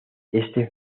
este